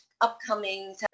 upcoming